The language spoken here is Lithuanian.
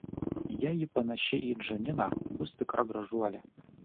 jei ji panaši į džaniną bus tikra gražuolė